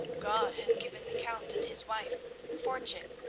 god has given the count and his wife fortune,